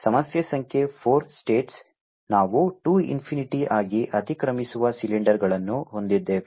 ಸಮಸ್ಯೆ ಸಂಖ್ಯೆ 4 ಸ್ಟೇಟ್ಸ್ ನಾವು 2 ಇನ್ಫಿನಿಟಿಆಗಿ ಅತಿಕ್ರಮಿಸುವ ಸಿಲಿಂಡರ್ಗಳನ್ನು ಹೊಂದಿದ್ದೇವೆ